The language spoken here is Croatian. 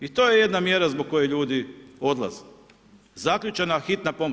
I to je jedna mjera zbog koje ljudi odlaze, zaključana hitna pomoć.